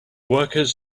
workers